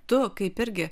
tu kaip irgi